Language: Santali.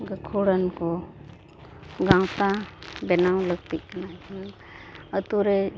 ᱜᱟᱹᱠᱷᱩᱲᱟᱱ ᱠᱚ ᱜᱟᱶᱛᱟ ᱵᱮᱱᱟᱣ ᱞᱟᱹᱠᱛᱤᱜ ᱠᱟᱱᱟ ᱟᱹᱛᱩ ᱨᱮ